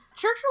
Churchill